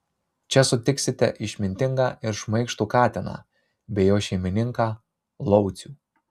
čia sutiksite išmintingą ir šmaikštų katiną bei jo šeimininką laucių